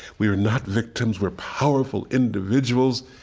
we are not victims. we're powerful individuals,